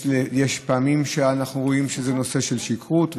יש פעמים שאנחנו רואים שזה נושא של שכרות,